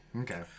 Okay